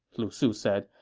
lu su said.